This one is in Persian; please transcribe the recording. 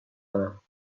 کنم